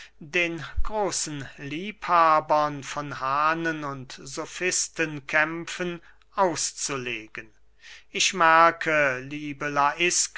den großen liebhabern von hahnen und sofistenkämpfen auszulegen ich merke liebe